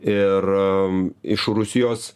ir iš rusijos